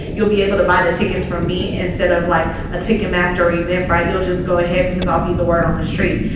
you'll be able to buy the tickets from me instead of like a ticketmaster or eventbrite, you'll just go ahead because i'll be the word on the street.